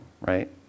right